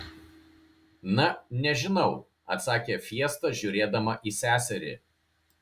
na nežinau atsakė fiesta žiūrėdama į seserį